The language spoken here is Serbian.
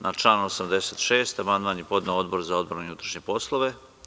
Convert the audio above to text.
Na član 86. amandman je podneo Odbor za odbranu i unutrašnje poslove.